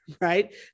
right